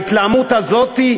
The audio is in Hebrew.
את ההתלהמות הזאת?